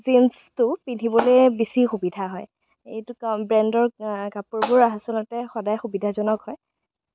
জিনচটো পিন্ধিবলৈ বেছি সুবিধা হয় এইটো ব্ৰেণ্ডৰ কাপোৰবোৰ আচলতে সদায় সুবিধাজনক হয়